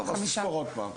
טוב, אז תספור עוד פעם.